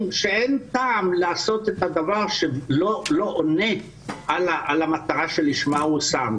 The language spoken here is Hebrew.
שאין טעם לעשות את הדבר שלא עונה על המטרה לשמה הושם.